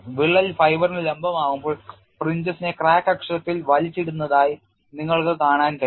വിള്ളൽ ഫൈബറിന് ലംബമാകുമ്പോൾ fringes നെ ക്രാക്ക് അക്ഷത്തിൽ വലിച്ചിടുന്നതായി നിങ്ങൾക്ക് കാണാൻ കഴിയും